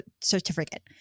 certificate